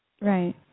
right